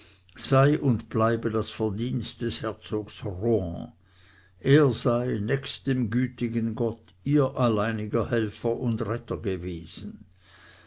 sei und bleibe das verdienst des herzogs rohan er sei nächst dem gütigen gott ihr alleiniger helfer und retter gewesen